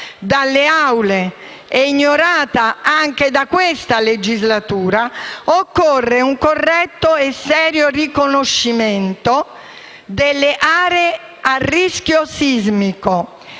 dalle Assemblee e ignorata anche in questa legislatura), occorre procedere ad un corretto e serio riconoscimento delle aree a rischio sismico